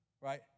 right